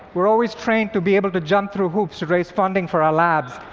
we're always trained to be able to jump through hoops to raise funding for our labs,